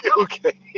Okay